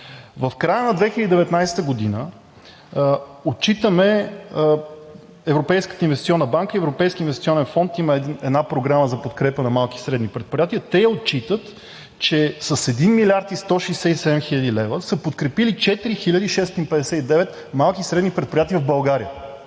В края на 2019 г. отчитаме, че Европейската инвестиционна банка и Европейският инвестиционен фонд имат една програма за подкрепа на малки и средни предприятия, а те отчитат, че с 1 млрд. 167 хил. лв. са подкрепили 4659 малки и средни предприятия в България.